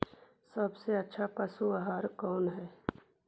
सबसे अच्छा पशु आहार कौन है?